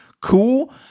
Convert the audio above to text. cool